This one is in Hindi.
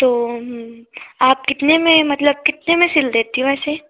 तो आप कितने में मतलब कितने में सिल देती हो वैसे